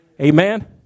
Amen